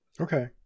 okay